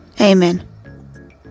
Amen